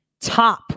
top